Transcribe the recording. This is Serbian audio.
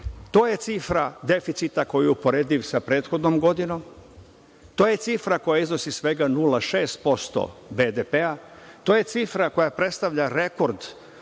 to je cifra deficita koji je uporediv sa prethodnom godinom. To je cifra koja iznosi svega 0,6% BDP. To je cifra koja predstavlja rekord